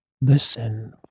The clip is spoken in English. Listen